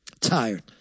tired